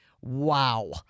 wow